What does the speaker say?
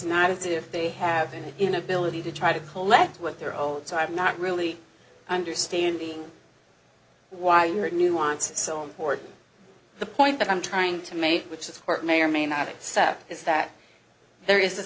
not as if they have any inability to try to collect what they're old so i'm not really understanding why your nuance is so important the point that i'm trying to make which is a court may or may not accept is that there is a